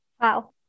Wow